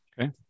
Okay